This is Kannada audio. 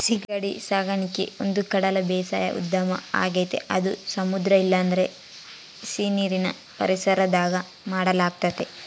ಸೀಗಡಿ ಸಾಕಣಿಕೆ ಒಂದುಕಡಲ ಬೇಸಾಯ ಉದ್ಯಮ ಆಗೆತೆ ಅದು ಸಮುದ್ರ ಇಲ್ಲಂದ್ರ ಸೀನೀರಿನ್ ಪರಿಸರದಾಗ ಮಾಡಲಾಗ್ತತೆ